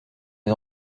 les